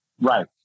Right